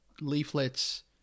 leaflets